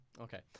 okay